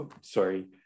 Sorry